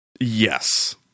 Yes